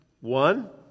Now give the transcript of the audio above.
One